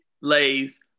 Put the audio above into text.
lays